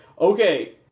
okay